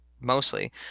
mostly